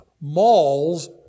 Malls